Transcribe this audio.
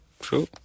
True